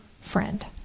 friend